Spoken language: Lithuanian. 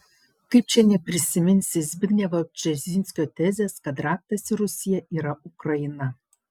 kaip čia neprisiminsi zbignevo brzezinskio tezės kad raktas į rusiją yra ukraina